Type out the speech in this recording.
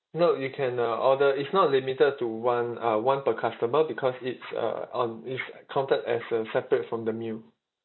no you can uh order it's not limited to one uh one per customer because it's uh on it's counted as uh separate from the meal